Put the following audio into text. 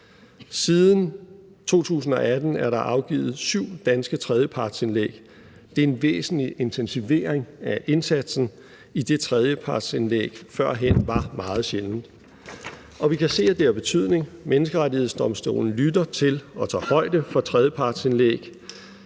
Siden 2018 er der afgivet syv danske tredjepartsindlæg. Det er en væsentlig intensivering af indsatsen, idet tredjepartsindlæg førhen var meget sjældne. Vi kan se, at det har betydning. Menneskerettighedsdomstolen lytter til og tager højde for tredjepartsindlæg.